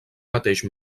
mateix